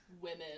women